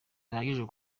bihagije